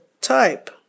type